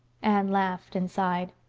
anne laughed and sighed.